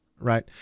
right